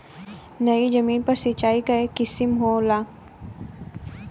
नयी जमीन पर सिंचाई क एक किसिम होला